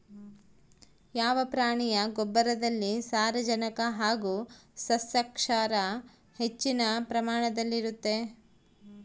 ಯಾವ ಪ್ರಾಣಿಯ ಗೊಬ್ಬರದಲ್ಲಿ ಸಾರಜನಕ ಹಾಗೂ ಸಸ್ಯಕ್ಷಾರ ಹೆಚ್ಚಿನ ಪ್ರಮಾಣದಲ್ಲಿರುತ್ತದೆ?